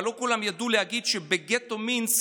אבל לא כולם ידעו להגיד שבגטו מינסק,